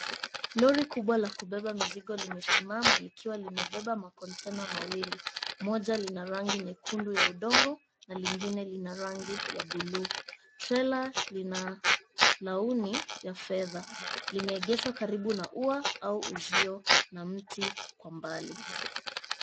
Lori kubwa la kubeba mizigo limesimama likiwa limebeba macontainer mawili, moja lina rangi nyekundu ya udongo na lengine lina rangi ya bluu. Trela lina launi ya fedha, limeegeshwa karibu na ua au uzio na mti kwa mbali.